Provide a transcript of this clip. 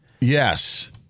Yes